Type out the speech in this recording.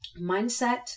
mindset